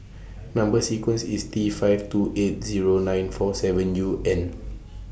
Number sequence IS T five two eight Zero nine four seven U and